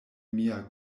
mia